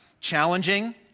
challenging